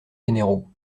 généraux